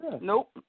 Nope